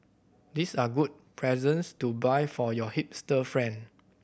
these are good presents to buy for your hipster friend